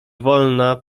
wolna